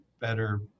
better